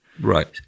Right